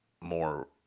more